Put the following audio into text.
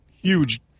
huge